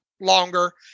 longer